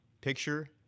picture